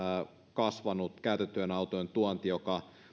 kasvanut käytettyjen autojen tuonti joka on jo